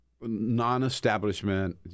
non-establishment